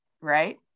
right